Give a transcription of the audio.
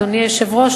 אדוני היושב-ראש,